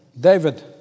David